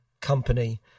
company